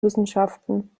wissenschaften